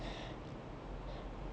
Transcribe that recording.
it's nice